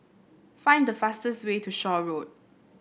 find the fastest way to Shaw Road